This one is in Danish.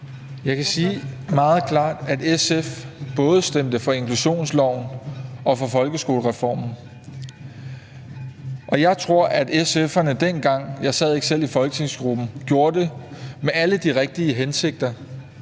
Jeg kan sige meget klart, at SF både stemte for inklusionsloven og for folkeskolereformen. Og jeg tror, at SF'erne dengang – jeg sad ikke selv i folketingsgruppen – gjorde det med alle de rigtige hensigter.